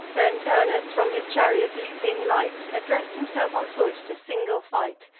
then turnus, from his chariot leaping light, address'd himself on foot to single fight.